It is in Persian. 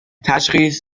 تشخیص